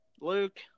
luke